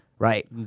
Right